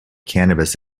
cannabis